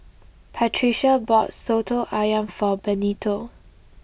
Patricia bought Soto Ayam for Benito